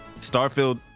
Starfield